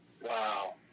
Wow